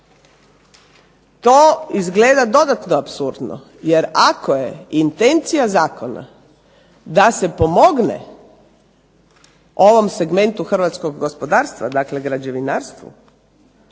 To izgleda dodatno apsurdno jer ako je intencija zakona da se pomogne ovom segmentu hrvatskog gospodarstva, dakle građevinarstvu,